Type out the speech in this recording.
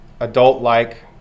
adult-like